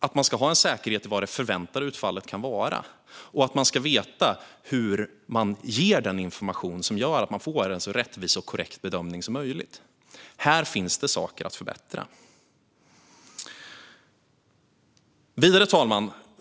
Det ska finnas en säkerhet gällande förväntat utfall, och man ska veta hur man ger den information som gör att man få en så rättvis och korrekt bedömning som möjligt. Här finns det saker att förbättra. Fru talman!